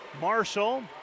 Marshall